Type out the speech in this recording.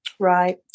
Right